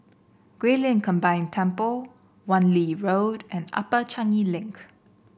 Guilin Combined Temple Wan Lee Road and Upper Changi Link